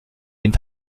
den